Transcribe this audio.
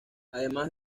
además